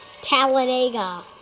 Talladega